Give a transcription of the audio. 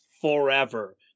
forever